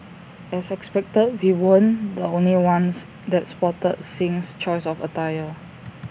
as expected we weren't the only ones that spotted Singh's choice of attire